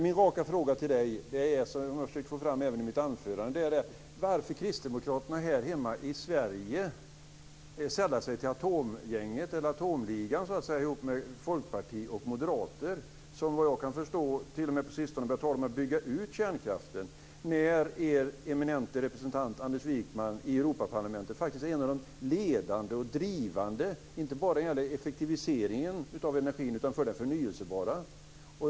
Min raka fråga, som jag även försökte få fram i mitt anförande, är: Varför sällar sig Kristdemokraterna här hemma i Sverige till atomligan ihop med Folkpartiet och Moderaterna, som på sistone, såvitt jag förstår, t.o.m. har börjat tala om att bygga ut kärnkraften? Er eminente representant Anders Wijkman i Europaparlamentet är faktiskt en av de ledande och drivande inte bara vad gäller effektiviseringen av energin utan även vad gäller förnybar energi.